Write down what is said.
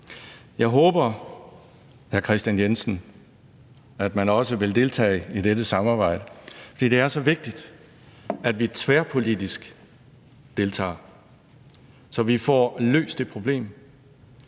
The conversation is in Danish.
Jensen, at man også vil deltage i dette samarbejde, for det er så vigtigt, at vi tværpolitisk deltager, så vi får løst det problem.